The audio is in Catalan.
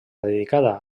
dedicada